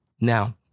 Now